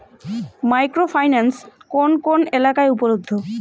Micro finance কোন কোন এলাকায় উপলব্ধ?